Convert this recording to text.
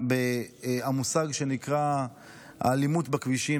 במושג שנקרא "האלימות בכבישים".